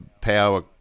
Power